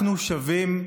אנחנו שווים,